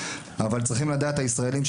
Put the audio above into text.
אבל צריך לדעת הישראלים,